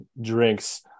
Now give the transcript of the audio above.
drinks